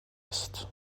است